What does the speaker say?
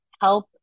help